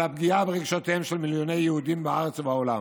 הפגיעה ברגשותיהם של מיליוני יהודים בארץ ובעולם.